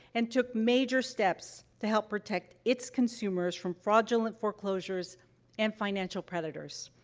and took major steps to help protect its consumers from fraudulent foreclosures and financial predators.